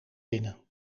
binnen